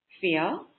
fear